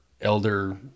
elder